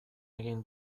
egin